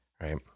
right